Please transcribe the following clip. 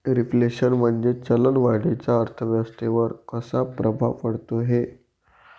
Reflation म्हणजे चलन वाढीचा अर्थव्यवस्थेवर कसा प्रभाव पडतो है?